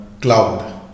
cloud